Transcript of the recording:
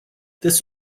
this